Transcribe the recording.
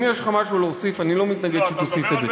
אם יש לך משהו להוסיף אני לא מתנגד שתוסיף את זה.